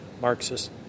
Marxist